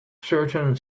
certain